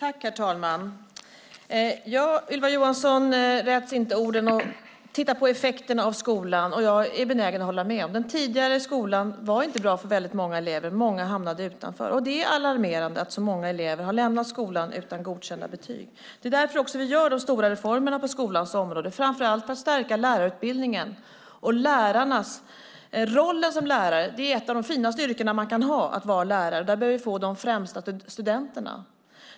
Herr talman! Ylva Johansson skräder inte orden om att titta på effekterna av skolan. Jag är benägen att hålla med: Den tidigare skolan var inte bra för väldigt många elever. Många hamnade utanför. Det är alarmerande att så många elever har lämnat skolan utan godkända betyg. Det är också därför vi gör de stora reformerna på skolans område, framför allt för att stärka lärarutbildningen och rollen som lärare. Det är ett av de finaste yrken man kan ha att vara lärare. Där behöver vi få de främsta studenterna.